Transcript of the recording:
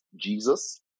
Jesus